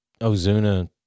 Ozuna